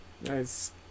Nice